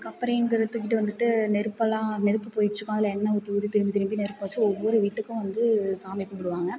கொப்பரைங்குறது தூக்கிட்டு வந்துட்டு நெருப்பெல்லாம் நெருப்பு போய்கிட்டிருக்கும் அதில் எண்ணெய் ஊற்றி ஊற்றி திருப்பி திருப்பி நெருப்பை வச்சு ஒவ்வொரு வீட்டுக்கும் வந்து சாமி கும்பிடுவாங்க